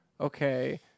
okay